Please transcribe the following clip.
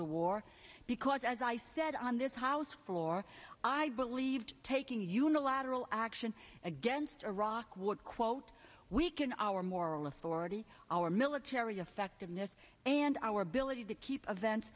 to war because as i said on this house floor i believed taking unilateral action against iraq would quote weaken our moral authority our military effectiveness and our ability to keep a vent